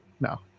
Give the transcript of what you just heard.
no